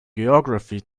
geography